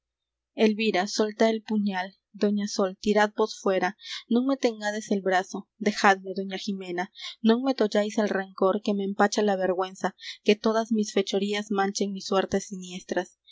elvira soltá el puñal doña sol tiradvos fuera non me tengades el brazo dejadme doña jimena non me tolláis el rencor que me empacha la vergüenza que todas mis fechorías manchen mis suertes siniestras